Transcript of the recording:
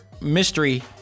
mystery